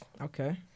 Okay